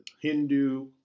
Hindu